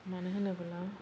मानो होनोब्ला